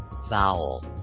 vowel